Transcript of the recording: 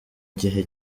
gihe